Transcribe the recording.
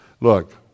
Look